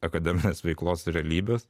akademinės veiklos realybės